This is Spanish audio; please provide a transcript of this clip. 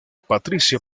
patricio